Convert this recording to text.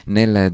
nel